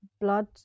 blood